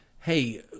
hey